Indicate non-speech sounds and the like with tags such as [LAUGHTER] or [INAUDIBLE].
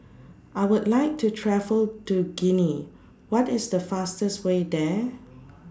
I Would like to travel to Guinea What IS The fastest Way There [NOISE]